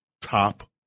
top